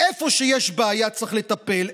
איפה שיש בעיה צריך לטפל,